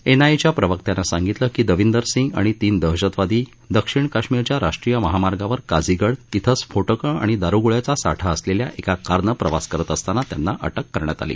एनआयएच्या प्रवक्त्यानं सांगितलं की दविंदर सिंग आणि तीन दहशतवादी दक्षिण काश्मिरच्या राष्ट्रीय महामार्गावर काझीगड इथं स्फोटकं आणि दारुगोळयाचा साठा असलेल्या एका कारनं प्रवास करत असताना त्यांना अटक करण्यात आली